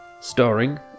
Starring